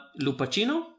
Lupacino